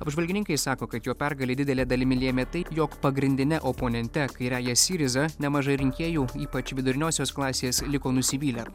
apžvalgininkai sako kad jo pergalę didele dalimi lėmė tai jog pagrindine oponente kairiąja syriza nemažai rinkėjų ypač viduriniosios klasės liko nusivylę